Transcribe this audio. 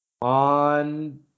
on